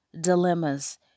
dilemmas